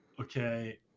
Okay